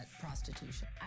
prostitution